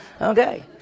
Okay